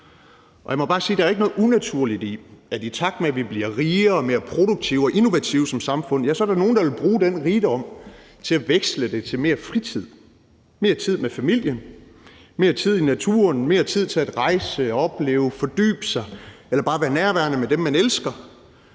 Jeg må bare sige, at der jo ikke er noget unaturligt i, at i takt med at vi bliver rigere og mere produktive og innovative som samfund, er der nogle, der vil bruge den rigdom til at veksle den til mere fritid, mere tid med familien, mere tid i naturen, mere tid til at rejse, opleve og fordybe sig eller bare være nærværende med dem, man elsker.